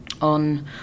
on